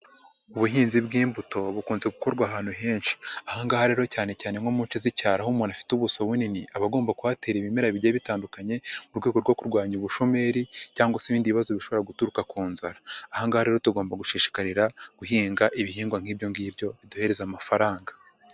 Ubuhinzi bw'imbuto bukunze gukorwa ahantu henshi, aha ngaha rero cyane cyane nko mu nce z'icyaro aho umuntu afite ubuso bunini, aba agomba kuhatera ibimera bigiye bitandukanye mu rwego rwo kurwanya ubushomeri cyangwa se ibindi bibazo bishobora guturuka ku nzara, aha ngaha rero tugomba gushishikarira guhinga ibihingwa nk'ibyo ngibyo biduhereza amafaranga.